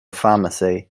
pharmacy